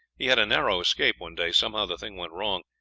he had a narrow escape one day somehow the thing went wrong,